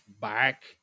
back